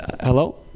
Hello